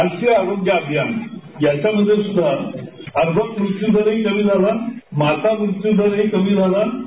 राष्ट्रीय आरोग्य अभियान याच्यामध्ये सुद्धा अर्भक मृत्यू दरही कमी झाला माता मृत्यू दरही कमी झाला आहे